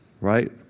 right